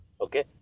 Okay